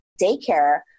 daycare